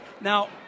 now